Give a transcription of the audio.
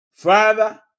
Father